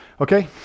Okay